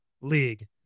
League